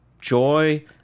joy